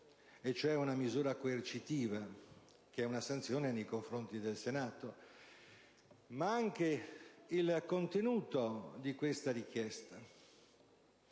cioè una misura coercitiva, che è una sanzione nei confronti del Senato), ma anche sul contenuto di questa richiesta.